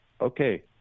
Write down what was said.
okay